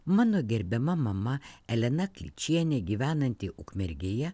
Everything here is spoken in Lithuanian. mano gerbiama mama elena kličienė gyvenanti ukmergėje